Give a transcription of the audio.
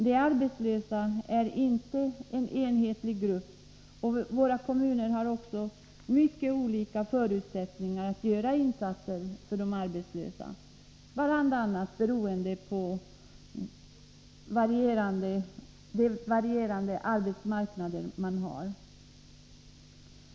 De arbetslösa är inte en enhetlig grupp, och våra kommuner har också mycket olika förutsättningar att göra insatser för de arbetslösa, bl.a. beroende på att arbetsmarknaden varierar.